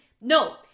no